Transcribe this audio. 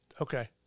Okay